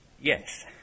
Yes